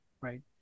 right